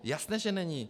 Jasně že není.